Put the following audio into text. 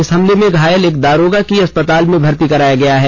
इस हमला में घायल एक दारोगा को अस्पताल में भर्ती कराया गया है